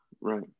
Right